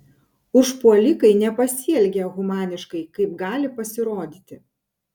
užpuolikai nepasielgė humaniškai kaip gali pasirodyti